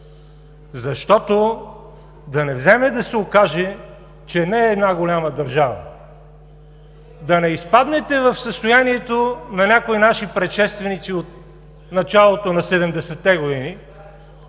защото да не вземе да се окаже, че не е една голяма държава. Да не изпаднете в състоянието на някои наши предшественици от началото на 70-те години,